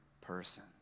person